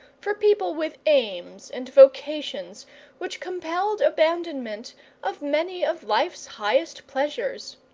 for people with aims and vocations which compelled abandonment of many of life's highest pleasures.